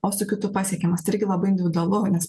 o su kitu pasiekiamas tai irgi labai individualu nes